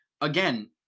again